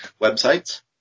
websites